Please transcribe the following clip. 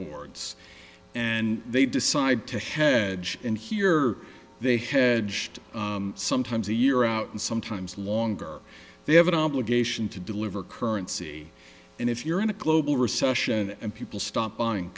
boards and they decide to head and here they had just sometimes a year out and sometimes longer they have an obligation to deliver currency and if you're in a global recession and people stop buying